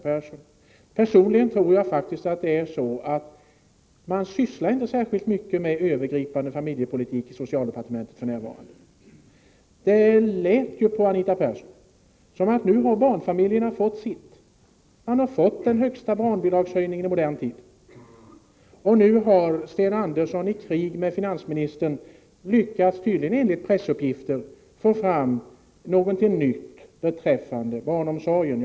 Personligen tror jag faktiskt att man inte sysslar särskilt mycket med övergripande familjepolitik i socialdepartementet för närvarande. Det lät ju på Anita Persson som att nu har barnfamiljerna fått sitt, man har fått den högsta barnbidragshöjningen i modern tid. Och nu har Sten Andersson, i krig med finansministern, tydligen lyckats, enligt pressuppgifter, få fram någonting nytt beträffande barnomsorgen.